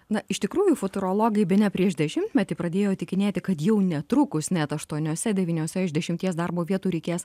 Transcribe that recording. na iš tikrųjų futurologai bene prieš dešimtmetį pradėjo įtikinėti kad jau netrukus net aštuoniose devyniose iš dešimties darbo vietų reikės